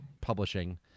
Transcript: publishing